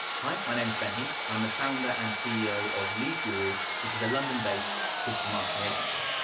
hi, my name's ben heath, i'm the founder and ceo of lead guru which is a london-based digital marketing agency.